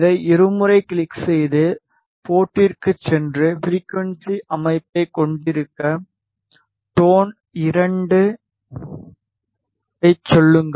இதை இருமுறை கிளிக் செய்து போர்ட்டிற்கு சென்று ஃப்ரிகுவன்ஸி அமைப்பைக் கொண்டிருக்க டோன் 2 ஐச் சொல்லுங்கள்